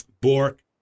Bork